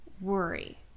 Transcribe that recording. worry